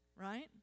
right